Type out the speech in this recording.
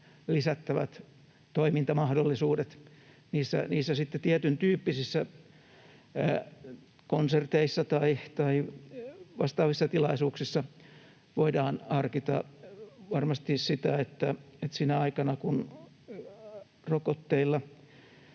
lisättävät toimintamahdollisuudet. Näissä tietyntyyppisissä tilaisuuksissa, konserteissa tai vastaavissa, voidaan sitten harkita varmasti sitä, että sinä aikana, kun rokotteilla